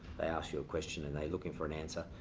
they ask you a question and they looking for an answer.